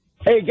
Hey